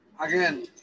Again